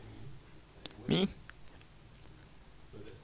me